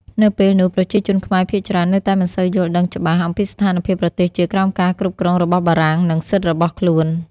នៅពេលនោះ ប្រជាជនខ្មែរភាគច្រើននៅតែមិនសូវយល់ដឹងច្បាស់អំពីស្ថានភាពប្រទេសជាតិក្រោមការគ្រប់គ្រងរបស់បារាំង និងសិទ្ធិរបស់ខ្លួន។